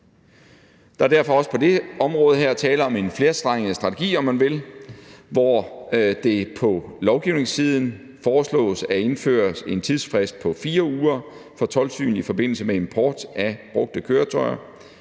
Der er derfor også på det område her tale om en flerstrenget strategi, om man vil, hvor det på lovgivningssiden foreslås at indføre en tidsfrist på 4 uger for toldsyn i forbindelse med import af brugte køretøjer.